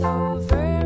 over